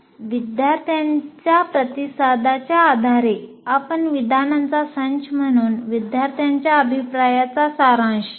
विद्यार्थ्यांच्या प्रतिसादाच्या आधारे आपण विधानाचा संच म्हणून विद्यार्थ्यांच्या अभिप्रायाचा सारांश लिहा